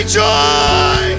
joy